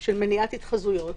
של מניעת התחזויות,